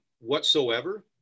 whatsoever